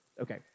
Okay